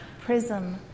prism